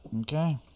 Okay